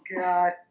god